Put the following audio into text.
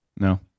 No